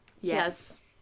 Yes